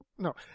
No